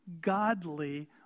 godly